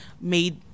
made